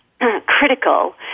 critical